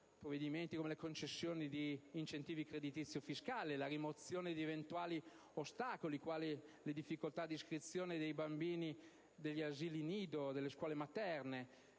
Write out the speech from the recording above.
provvedimenti come la concessione di incentivi creditizi o fiscali, la rimozione di eventuali ostacoli (quali le difficoltà legate all'iscrizione dei propri figli agli asili nido, alle scuole materne)